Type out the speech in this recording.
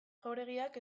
jauregiak